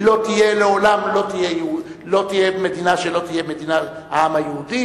לא תהיה לעולם מדינה שלא תהיה מדינת העם היהודי